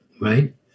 Right